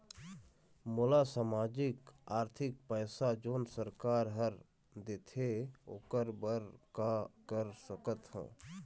मोला सामाजिक आरथिक पैसा जोन सरकार हर देथे ओकर बर का कर सकत हो?